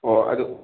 ꯑꯣ ꯑꯗꯨ